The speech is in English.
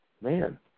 man